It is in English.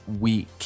week